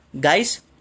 Guys